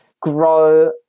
grow